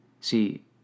see